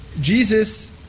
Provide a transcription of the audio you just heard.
Jesus